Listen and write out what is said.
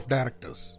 Directors